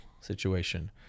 situation